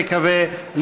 נקווה,